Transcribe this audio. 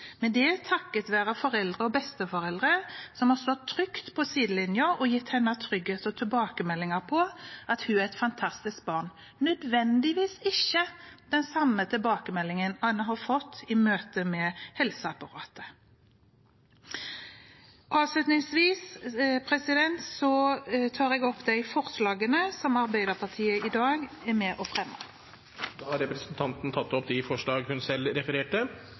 men det er takket være foreldre og besteforeldre som har stått trygt på sidelinjen og gitt henne trygghet og tilbakemeldinger på at hun er et fantastisk barn. Det er ikke nødvendigvis den samme tilbakemeldingen Anna har fått i møte med helseapparatet. Avslutningsvis tar jeg opp de forslagene som Arbeiderpartiet står bak i innstillingen. Representanten Hege Haukeland Liadal har tatt opp de forslagene hun refererte